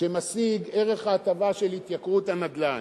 שמשיג ערך ההטבה של התייקרות הנדל"ן.